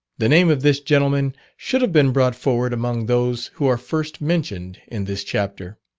the name of this gentleman should have been brought forward among those who are first mentioned in this chapter.